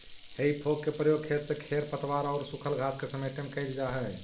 हेइ fork के प्रयोग खेत से खेर पतवार औउर सूखल घास के समेटे में कईल जा हई